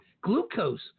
glucose